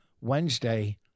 Wednesday